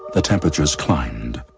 the temperature has climbed,